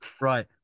Right